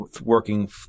working